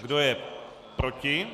Kdo je proti?